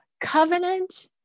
Covenant